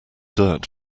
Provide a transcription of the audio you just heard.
dirt